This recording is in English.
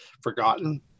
forgotten